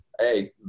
Hey